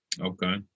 Okay